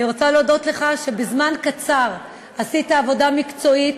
אני רוצה להודות לך על כך שבזמן קצר עשית עבודה מקצועית,